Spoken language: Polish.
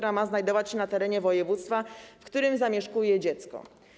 Ma ona znajdować się na terenie województwa, w którym mieszka dziecko.